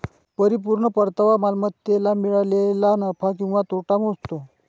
परिपूर्ण परतावा मालमत्तेला मिळालेला नफा किंवा तोटा मोजतो